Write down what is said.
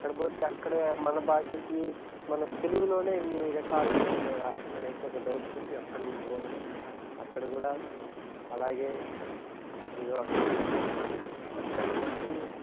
అక్కడ పోతే అక్కడ మన భాషకి మన తెలుగులోనే ఇన్ని రకాలైనవి ఉన్నాయా అనేసి ఒక డౌట్ తోటి అక్కడ మేము పోగానే అక్కడ కూడా అలాగే ఏదో అక్కడ చూసాము అక్కడి నుంచి